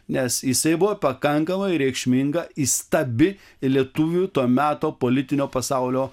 nes jisai buvo pakankamai reikšminga įstabi lietuvių to meto politinio pasaulio